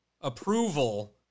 approval